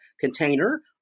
container